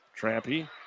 Trampy